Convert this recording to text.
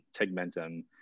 Tegmentum